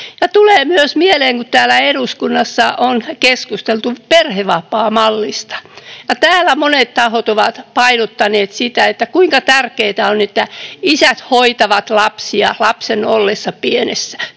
Tulee myös mieleen, kun täällä eduskunnassa on keskusteltu perhevapaamallista ja täällä monet tahot ovat painottaneet sitä, kuinka tärkeää on, että isät hoitavat lapsia lapsen ollessa pieni.